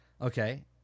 okay